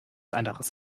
anderes